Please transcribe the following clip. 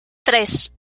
tres